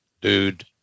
dude